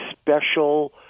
special